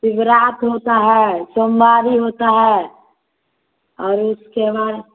शिवरात होता है सोमवारी होता है और उसके बाद